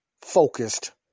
focused